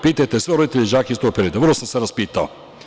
Pitajte sve roditelje i đake iz tog perioda, vrlo sam se raspitao.